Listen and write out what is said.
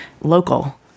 local